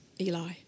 Eli